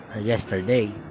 yesterday